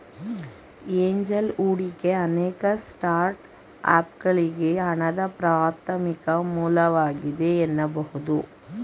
angel ಹೂಡಿಕೆ ಅನೇಕ ಸ್ಟಾರ್ಟ್ಅಪ್ಗಳ್ಗೆ ಹಣದ ಪ್ರಾಥಮಿಕ ಮೂಲವಾಗಿದೆ ಎನ್ನಬಹುದು